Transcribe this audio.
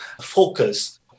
focus